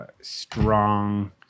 strong –